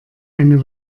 eine